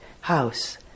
house